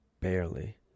Barely